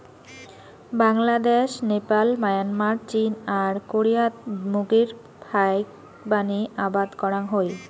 Bangladesh, Nepal, Myanmar, চীন আর কোরিয়াত মুগের ফাইকবানী আবাদ করাং হই